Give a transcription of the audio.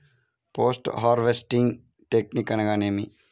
Post harvesting technique అనగా నేమి?